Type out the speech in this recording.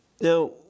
Now